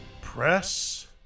Press